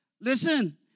listen